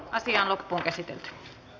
asian käsittely päättyi